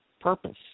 purpose